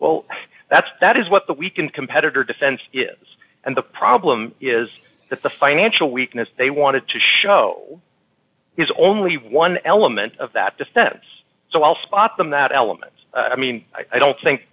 well that's that is what the we can competitor defense is and the problem is that the financial weakness they wanted to show is only one element of that defense so i'll spot them that elements i mean i don't think